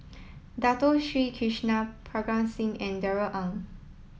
Dato Sri Krishna Parga Singh and Darrell Ang